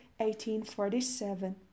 1847